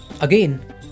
Again